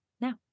now